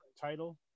title